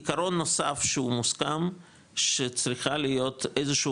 עקרון נוסף שהוא מוסכם שצריכה להיות, איזושהי